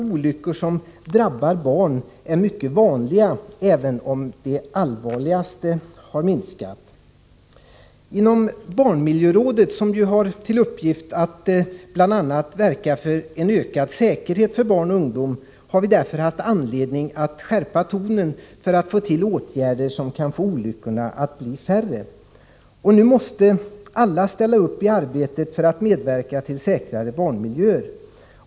Olyckor som drabbar barn är helt enkelt mycket vanliga, även om de allvarligaste har minskat. Inom barnmiljörådet, som ju bl.a. har till uppgift att verka för ”en ökad säkerhet för barn och ungdom”, har vi därför haft anledning att skärpa tonen för att få till stånd åtgärder som kan få olyckorna att bli färre. Nu måste alla ställa upp i arbetet för att medverka till säkrare barnmiljöer.